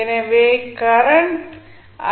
எனவே கரண்ட் ஆகும்